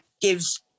gives